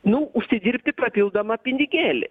nu užsidirbti papildomą pinigėlį